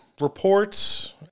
reports